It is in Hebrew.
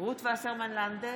רות וסרמן לנדה,